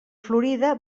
florida